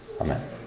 Amen